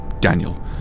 Daniel